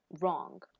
wrong